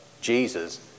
Jesus